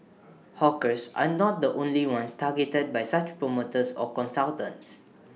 hawkers are not the only ones targeted by such promoters or consultants